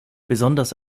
besonders